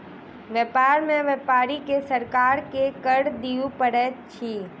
व्यापार में व्यापारी के सरकार के कर दिअ पड़ैत अछि